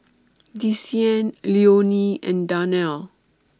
Desean Leonie and Darnell